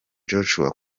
joshua